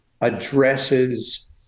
addresses